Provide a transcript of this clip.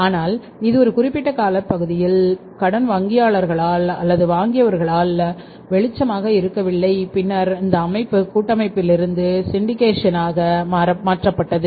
ஆனால் அது ஒரு குறிப்பிட்ட காலப்பகுதியில் கடன் வாங்கியவரால் வெளிச்சமாக இருக்கவில்லை பின்னர் இந்த அமைப்பு கூட்டமைப்பிலிருந்து சிண்டிகேஷனாக மாற்றப்பட்டது